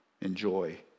enjoy